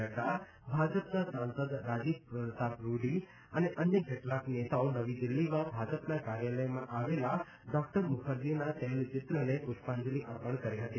નડ઼ા ભાજપના સાંસદ રાજીવ પ્રતાપ રૂડી અને અન્ય કેટલાય નેતાઓ નવી દિલ્હીમાં ભાજપના કાર્યાલયમાં આવેલા ડોક્ટર મુખર્જીના તૈલચિત્રને પુષ્પાંજલી અર્પણ કરી હતી